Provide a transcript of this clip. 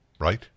right